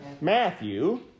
Matthew